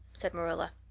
said marilla.